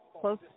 close